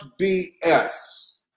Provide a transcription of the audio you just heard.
BS